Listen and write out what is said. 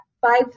five